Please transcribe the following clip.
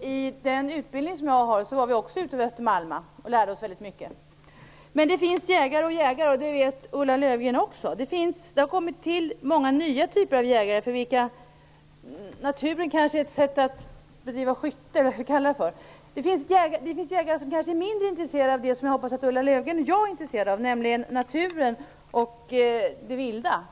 I den utbildning som jag har genomgått var vi också ute vid Östermalma och lärde oss väldigt mycket. Men det finns jägare och jägare, och det vet Ulla Löfgren också. Det har tillkommit många nya typer av jägare för vilka naturen kanske är ett sätt att bedriva skytte. Det finns jägare som kanske är mindre intresserade av det som Ulla Löfgren, förhoppningsvis, och jag är intresserade av, nämligen naturen och det vilda.